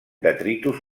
detritus